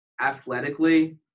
athletically